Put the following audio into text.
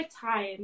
time